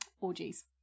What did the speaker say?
orgies